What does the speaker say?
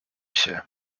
się